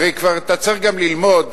הרי אתה צריך ללמוד.